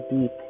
deep